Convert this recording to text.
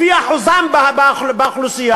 לפי אחוזם באוכלוסייה,